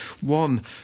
one